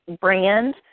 brand